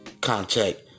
contact